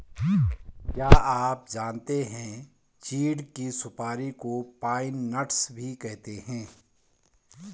क्या आप जानते है चीढ़ की सुपारी को पाइन नट्स भी कहते है?